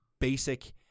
basic